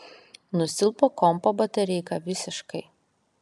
nusilpo kompo batareika visiškai